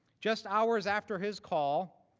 just hours after his call,